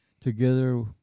together